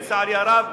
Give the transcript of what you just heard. לצערי הרב,